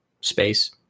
Space